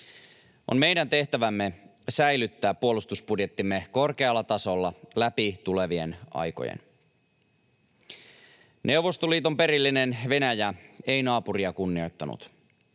On meidän tehtävämme säilyttää puolustusbudjettimme korkealla tasolla läpi tulevien aikojen. Venäjä, Neuvostoliiton perillinen, ei naapuria kunnioittanut.